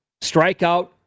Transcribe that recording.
strikeout